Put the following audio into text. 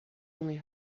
only